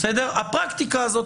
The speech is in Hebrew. הפרקטיקה הזאת,